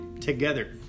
together